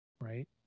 right